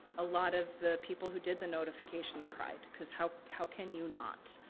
a lot of the people who did the notifications cried, cause how how can you not?